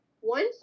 one